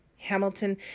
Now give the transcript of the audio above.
Hamilton